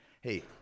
hey